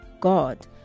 God